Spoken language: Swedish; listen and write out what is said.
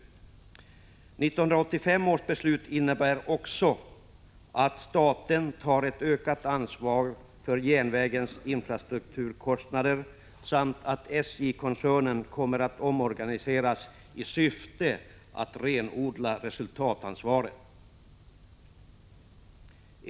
1985 års beslut innebär också att staten tar ett ökat ansvar för järnvägens infrastrukturkostnader samt att SJ-koncernen kommer att omorganiseras i syfte att renodla resultatansvaret.